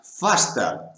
faster